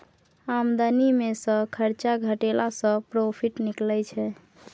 आमदनी मे सँ खरचा घटेला सँ प्रोफिट निकलै छै